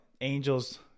Angels